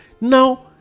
Now